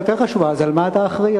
היותר חשובה: אז למה אתה אחראי,